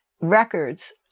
records